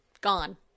gone